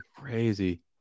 Crazy